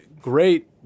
great